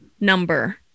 number